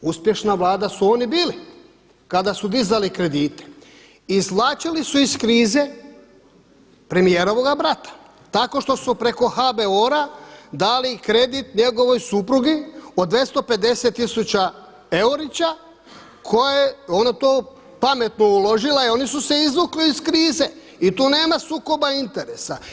Uspješna Vlada su oni bili kada su dizali kredite, izvlačili su iz krize premijerovoga brata tako što su preko HBOR-a dali kredit njegovoj supruzi od 250 tisuća eurića koje je ona to pametno uložila i oni su se izvukli iz krize i tu nema sukoba interesa.